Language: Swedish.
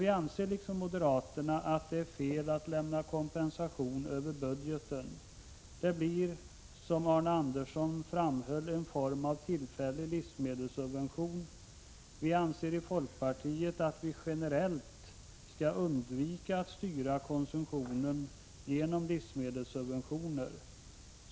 Vi anser dock liksom moderaterna att det är fel att lämna kompensation över budgeten. Det blir, som Arne Andersson framhöll, en form av tillfällig livsmedelssubvention. Vi anser inom folkpartiet att man generellt skall undvika att styra konsumtionen genom livsmedelssubventioner.